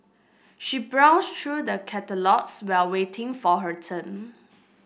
she browsed through the catalogues while waiting for her turn